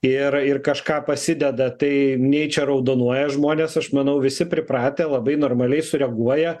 ir ir kažką pasideda tai nei čia raudonuoja žmonės aš manau visi pripratę labai normaliai sureaguoja